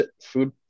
food